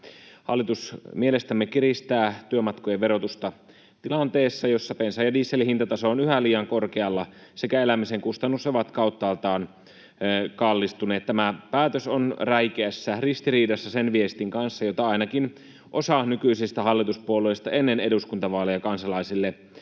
Hallitus mielestämme kiristää työmatkojen verotusta tilanteessa, jossa bensan ja dieselin hintataso on yhä liian korkealla sekä elämisen kustannukset ovat kauttaaltaan kallistuneet. Tämä päätös on räikeässä ristiriidassa sen viestin kanssa, jota ainakin osa nykyisistä hallituspuolueista ennen eduskuntavaaleja kansalaisille